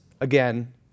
again